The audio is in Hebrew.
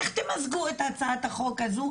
איך תמזגו את הצעת החוק הזו,